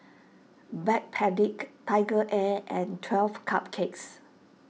Backpedic TigerAir and twelve Cupcakes